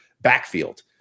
backfield